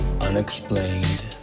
unexplained